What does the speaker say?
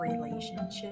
relationship